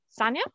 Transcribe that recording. Sanya